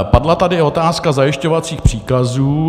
Padla tady otázka zajišťovacích příkazů.